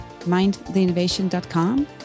mindtheinnovation.com